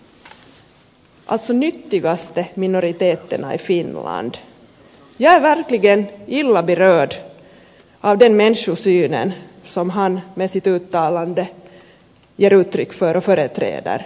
jag är verkligen illa berörd av den människosynen som han med sitt uttalande ger uttryck för och företräder